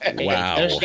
Wow